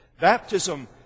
Baptism